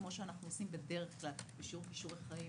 כמו שאנחנו עושים בדרך כלל בשיעור כישורי חיים,